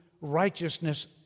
righteousness